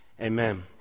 Amen